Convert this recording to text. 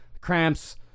Cramps